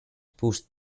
pushed